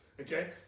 okay